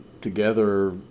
together